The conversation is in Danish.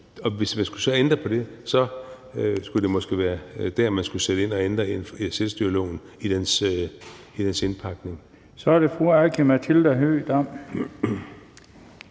hvis man så skulle ændre på det, skulle det måske være der, man skulle sætte ind og ændre selvstyreloven i dens indpakning. Kl. 19:18 Den fg.